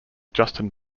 justin